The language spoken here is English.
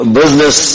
business